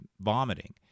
vomiting